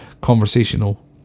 conversational